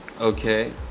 okay